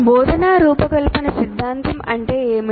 బోధనా రూపకల్పన సిద్ధాంతం అంటే ఏమిటి